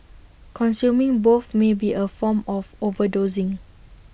consuming both may be A form of overdosing